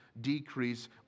decrease